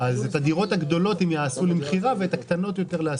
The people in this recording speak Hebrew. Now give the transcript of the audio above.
את הדירות הגדולות הם יעשו למכירה ואת הקטנות יותר לשכירות.